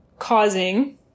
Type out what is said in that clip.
Causing